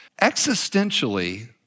Existentially